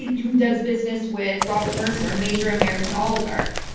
who does business with robert mercer, a major american oligarch.